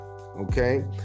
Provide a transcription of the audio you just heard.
okay